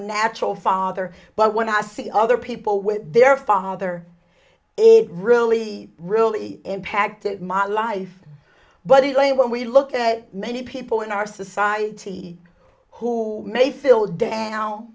natural father but when i see other people with their father it really really impacted my life but it really when we look at many people in our society who may feel down